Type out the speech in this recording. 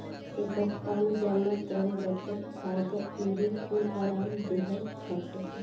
एकर काम जमा, ऋण, बचत, फायदा इहे कूल आराम देहल हटे